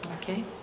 Okay